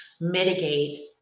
mitigate